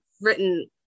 written